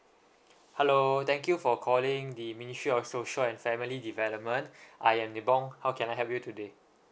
hello thank you for calling the ministry of social and family development I am li bong how can I help you today